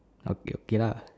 okay okay lah